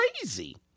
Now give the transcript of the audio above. crazy